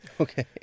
Okay